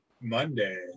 monday